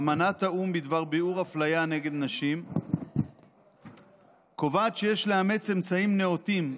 אמנת האו"ם בדבר ביעור אפליה נגד נשים קובעת שיש לאמץ אמצעים נאותים,